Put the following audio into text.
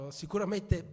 sicuramente